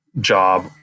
job